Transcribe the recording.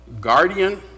guardian